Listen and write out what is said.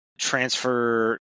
transfer